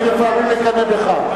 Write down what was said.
אני לפעמים מקנא בך.